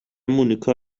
مونیکا